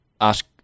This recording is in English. ask